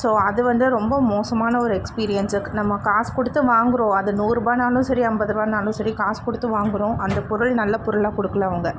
so அது வந்து ரொம்ப மோசமான ஒரு எக்ஸ்பீரியன்ஸ் நம்ம காசு கொடுத்து வாங்குகிறோம் அது நூறு ரூபானாலும் சரி ஐம்பது ரூபானாலும் சரி காசு கொடுத்து வாங்குகிறோம் அந்த பொருள் நல்ல பொருளாக கொடுக்குல அவங்க